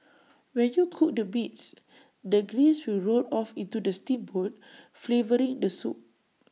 when you cook the meats the grease will roll off into the steamboat flavouring the soup